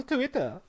Twitter